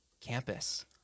campus